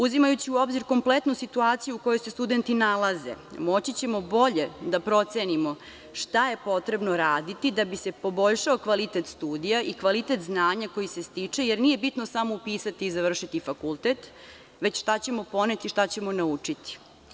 Uzimajući u obzir kompletnu situaciju u kojoj se studenti nalazi, moći ćemo bolje da procenimo šta je potrebno raditi da bi se poboljšao kvalitet studija i kvalitet znanja koje se stiče, jer nije bitno samo upisati i završiti fakultet, već šta ćemo poneti i šta ćemo naučiti.